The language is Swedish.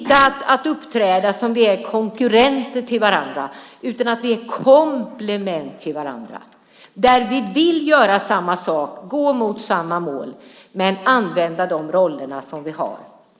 Vi ska inte uppträda som konkurrenter till varandra utan som komplement till varandra, där vi vill göra samma sak och gå mot samma mål men använda de roller som vi har.